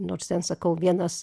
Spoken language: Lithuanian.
nors ten sakau vienas